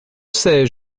sais